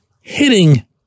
Hitting